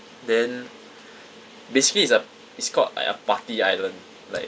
then basically it's a it's called like a party island like